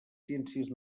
ciències